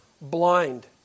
blind